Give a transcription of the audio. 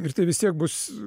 ir tai vis tiek bus